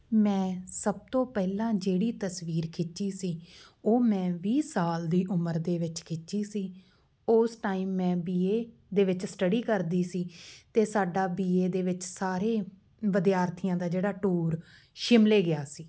ਮੈਂ ਸਭ ਤੋਂ ਪਹਿਲਾਂ ਜਿਹੜੀ ਤਸਵੀਰ ਖਿੱਚੀ ਸੀ ਉਹ ਮੈਂ ਵੀਹ ਸਾਲ ਦੀ ਉਮਰ ਦੇ ਵਿੱਚ ਖਿੱਚੀ ਸੀ ਉਸ ਟਾਈਮ ਮੈਂ ਬੀ ਏ ਦੇ ਵਿੱਚ ਸਟੱਡੀ ਕਰਦੀ ਸੀ ਅਤੇ ਸਾਡਾ ਬੀ ਏ ਦੇ ਵਿੱਚ ਸਾਰੇ ਵਿਦਿਆਰਥੀਆਂ ਦਾ ਜਿਹੜਾ ਟੂਰ ਸ਼ਿਮਲੇ ਗਿਆ ਸੀ